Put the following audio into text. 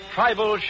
Tribal